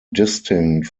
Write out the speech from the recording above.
distinct